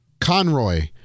Conroy